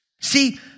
See